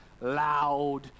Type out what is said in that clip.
loud